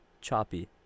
Choppy